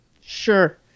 Sure